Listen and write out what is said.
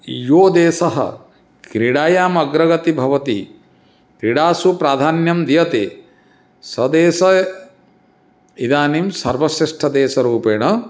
यः देशः क्रीडायाम् अग्रगति भवति क्रीडासु प्राधान्यं दीयते सः देशः इदानीं सर्वश्रेष्ठदेसरूपेण